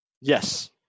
Yes